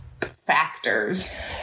factors